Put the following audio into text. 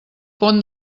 pont